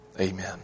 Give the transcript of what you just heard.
Amen